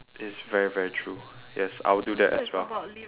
it's very very true yes I'll do that as well